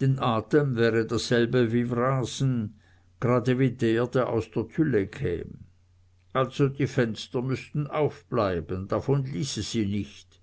denn atem wäre dasselbe wie wrasen grade wie der der aus der tülle käm also die fenster müßten aufbleiben davon ließe sie nicht